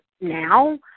now